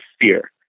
fear